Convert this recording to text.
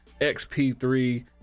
XP3